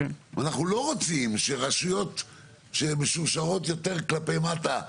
אם אנחנו לא רוצים שרשויות שהן משורשרות יותר כלפי מטה,